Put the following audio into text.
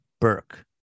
Burke